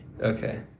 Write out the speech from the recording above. Okay